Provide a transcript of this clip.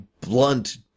blunt